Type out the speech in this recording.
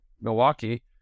Milwaukee